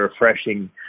refreshing